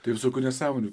tai visokių nesąmonių